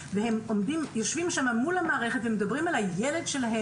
אבל אתם מאבדים נקודות בקטע הזה.